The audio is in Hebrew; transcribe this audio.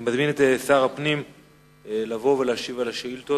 אני מזמין את שר הפנים לבוא להשיב על שאילתות.